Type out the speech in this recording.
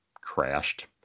crashed